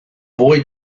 boy